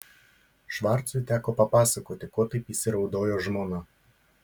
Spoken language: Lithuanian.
švarcui teko papasakoti ko taip įsiraudojo žmona